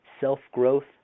self-growth